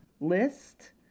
list